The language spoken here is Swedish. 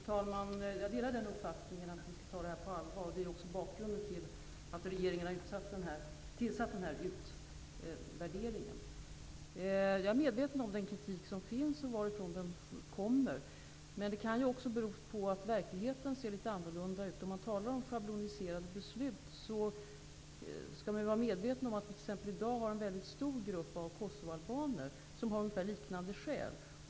Fru talman! Jag delar uppfattningen att vi skall ta den här frågan på allvar, och det är ju också bakgrunden till att regeringen har tillsatt den här utvärderingen. Jag är medveten om den kritik som finns och varifrån den kommer, men det kan ju också bero på att verkligheten ser litet annorlunda ut. Om man talar om att Utlänningsnämndens beslut skulle vara schabloniserade, skall man ändå vara medveten om att vi t.ex. i dag har en väldigt stor grupp av kosovoalbaner, som alla har ungefär liknande skäl.